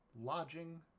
lodging